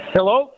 Hello